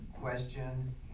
question